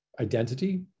identity